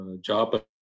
job